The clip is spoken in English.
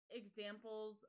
examples